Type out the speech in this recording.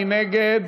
מי נגד?